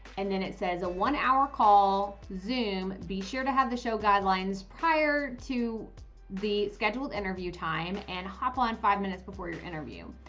and then it says a one hour call zoom, be sure to have the show guidelines prior to the scheduled interview time and hop on five minutes before your interview.